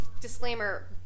disclaimer